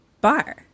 bar